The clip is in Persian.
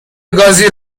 گازی